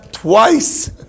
Twice